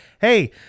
Hey